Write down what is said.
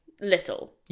little